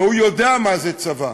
והוא יודע מה זה צבא.